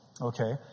okay